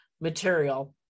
material